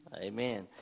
Amen